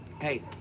hey